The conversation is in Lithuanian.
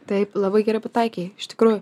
taip labai gerai pataikei iš tikrųjų